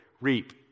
reap